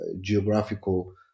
geographical